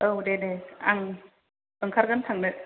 औ दे दे आं ओंखारगोन थांनो